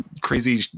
crazy